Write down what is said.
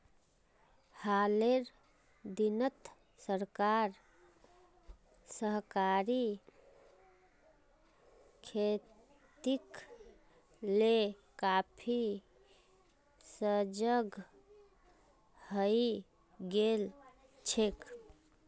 हालेर दिनत सरकार सहकारी खेतीक ले काफी सजग हइ गेल छेक